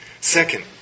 Second